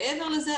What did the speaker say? מעבר לזה,